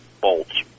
bolts